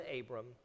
Abram